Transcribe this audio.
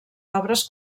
obres